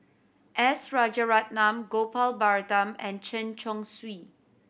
S Rajaratnam Gopal Baratham and Chen Chong Swee